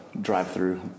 drive-through